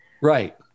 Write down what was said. Right